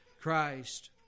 Christ